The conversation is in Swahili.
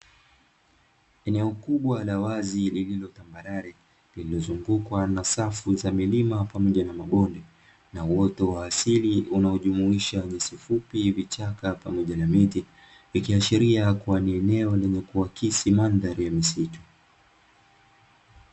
Eneo kubwa la wazi lililotambarare lililozungukwa na safu za milima pamoja na mabonde na uoto wa asili unaojumuisha nyasi fupi ,vichaka pamoja na miti ikiashiria kuwa ni eneo lenye kuakisi mandhari ya misitu.